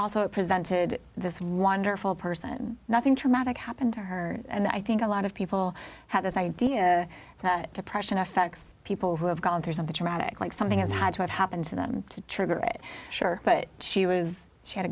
also presented this wonderful person nothing traumatic happened to her and i think a lot of people have this idea that depression affects people who have gone through something dramatic like something that had to have happened to them to trigger it sure but she was sh